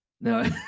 no